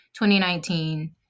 2019